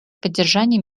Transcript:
поддержании